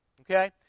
okay